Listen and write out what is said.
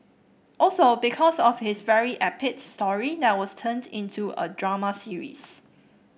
also because of his very epic story that was turned into a drama series